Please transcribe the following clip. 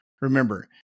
Remember